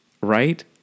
right